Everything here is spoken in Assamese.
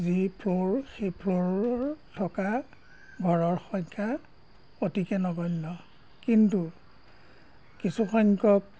যি ফ্ল'ৰ সেই ফ্ল'ৰ থকা ঘৰৰ সংখ্যা অতিকে নগণ্য কিন্তু কিছু সংখ্যক